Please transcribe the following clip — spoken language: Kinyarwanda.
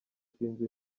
sinzi